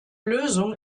lösung